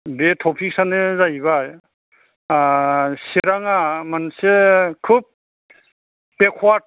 बे टपिकआनो जाहैबाय ओ चिराङा मोनसे खुब बेकवार्ड